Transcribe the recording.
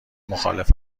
مخالف